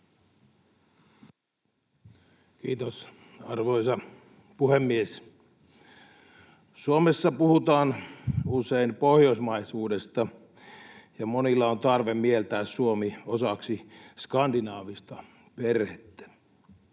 Kiitos, arvoisa puhemies! Suomessa puhutaan usein pohjoismaisuudesta, ja monilla on tarve mieltää Suomi osaksi skandinaavista perhettä.